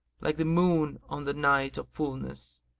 like the moon on the night of fulness.